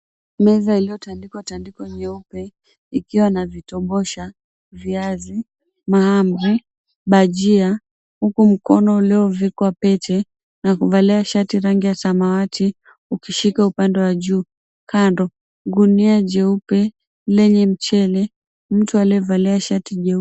Miza iliyotandikwa tandiko nyeupe ikiwa na vitobosha, viazi, mahamri, bajia huku mkono uliovikwa pete na kuvalia shati rangi ya samawati ukishika upande wa juu, kando gunia jeupe lenye mchele, mtu aliyevalia shati jeupe.